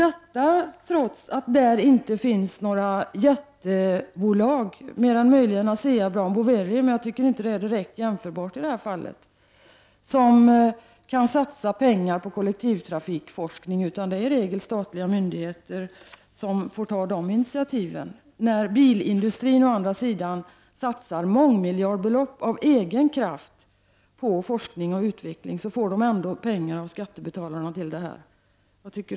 Detta trots att där inte finns några jättebolag — mer än möjligen ASEA Brown Boveri, men jag tycker inte det är direkt jämförbart — som kan satsa pengar på kollektivtrafikforskning. Det är i regel statliga myndigheter som får ta sådana initiativ. Bilindustrin däremot satsar mångmiljardbelopp av egna pengar och får dessutom pengar av skattebetalarna.